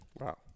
Wow